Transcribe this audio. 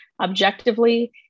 objectively